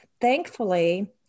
thankfully